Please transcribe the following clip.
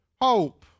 Hope